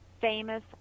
famous